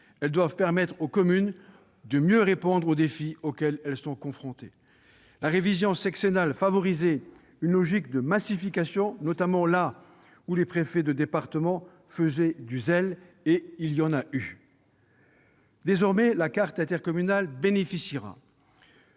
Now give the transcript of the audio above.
Elles doivent permettre aux communes de mieux répondre aux défis auxquels elles sont confrontées. La révision sexennale favorisait une logique de massification, notamment là où les préfets de département faisaient du zèle. Et il y en a eu ! Désormais, la carte intercommunale bénéficiera